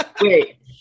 Wait